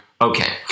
Okay